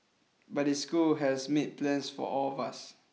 but the school has made plans for all of us